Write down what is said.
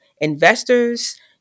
investors